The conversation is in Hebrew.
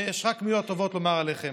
ויש רק מילים טובות לומר עליכם.